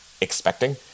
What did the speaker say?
expecting